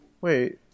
Wait